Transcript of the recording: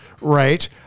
right